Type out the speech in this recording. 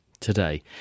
today